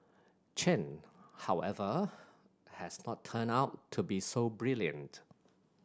Chen however has not turned out to be so brilliant